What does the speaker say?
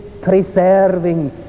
preserving